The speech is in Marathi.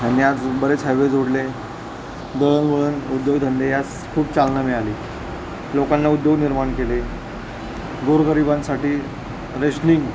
ह्यांनी आज बरेच हायवे जोडले दळणवळण उद्योगधंदे यास खूप चालना मिळाली लोकांना उद्योग निर्माण केले गोरगरिबांसाठी रेशनिंग